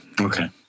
Okay